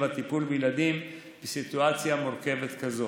הטיפול בילדים בסיטואציה מורכבת כזאת.